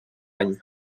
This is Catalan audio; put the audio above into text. any